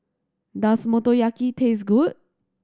does Motoyaki taste good